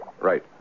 Right